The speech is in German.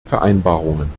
vereinbarungen